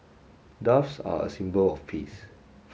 doves are a symbol of peace